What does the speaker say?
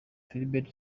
philbert